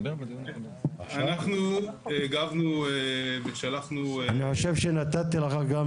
אנחנו הגבנו ושלחנו --- אני חושב שנתתי לך גם